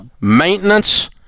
maintenance